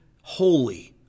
holy